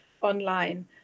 online